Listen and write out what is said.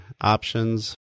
options